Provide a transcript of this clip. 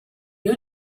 new